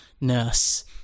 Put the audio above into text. nurse